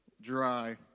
dry